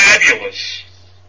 fabulous